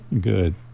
Good